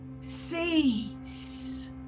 seeds